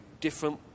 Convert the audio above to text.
different